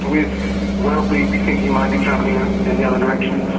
with welby we think he might be travelling in the other direction.